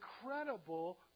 incredible